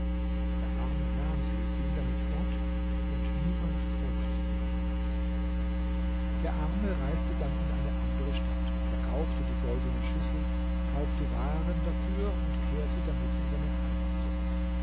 der arme nahm sie ging damit fort und niemand folgte ihm der arme reiste dann in eine andere stadt verkaufte die goldene schüssel kaufte waren dafür und kehrte damit in seine heimat zurück